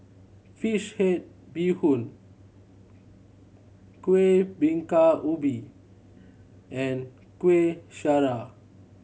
fish head bee hoon Kueh Bingka Ubi and Kueh Syara